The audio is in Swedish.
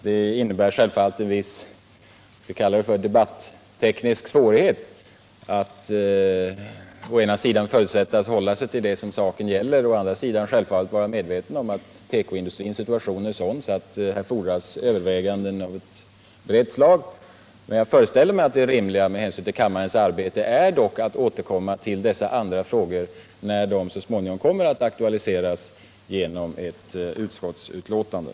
Det innebär självfallet en viss debatteknisk svårighet att å ena sidan förutsätta att man skall hålla sig till det som saken gäller och å andra sidan självfallet vara medveten om att tekoindustrins situation är sådan att här fordras överväganden av brett slag. Med hänsyn till kammarens Nr 49 arbete föreställer jag mig dock att det rimliga är att återkomma till dessa Tisdagen den andra frågor när de så småningom kommer att aktualiseras genom ett 13 december 1977 utskottsbetänkande.